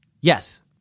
Yes